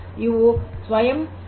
ಇವು ಸ್ವಯಂ ವಿವರಣಾತ್ಮಕವಾಗಿವೆ